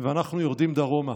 ואנחנו יורדים דרומה.